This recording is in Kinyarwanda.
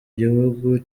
gihugu